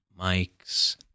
mics